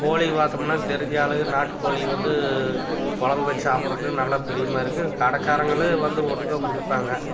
கோழிய பார்த்தமுன்னாங்க தெரிஞ்ச ஆளுங்க நாட்டுக்கோழிய வந்து கொழம்பு வச்சு சாப்பிட்றக்கு நல்லா பிரியமாக இருக்குது கடைக்காரங்களும் வந்து ஒட்டுக்காக பிடிப்பாங்க